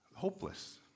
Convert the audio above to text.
Hopeless